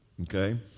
okay